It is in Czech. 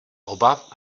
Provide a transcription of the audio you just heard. oba